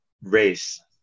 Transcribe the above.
race